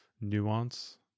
nuance